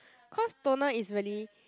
cause toner is really